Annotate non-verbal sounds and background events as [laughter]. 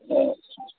[unintelligible]